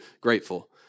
grateful